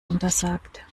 untersagt